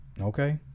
okay